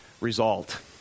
result